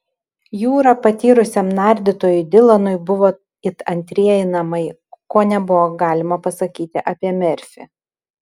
jūra patyrusiam nardytojui dilanui buvo it antrieji namai ko nebuvo galima pasakyti apie merfį